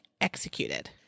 executed